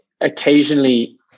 Occasionally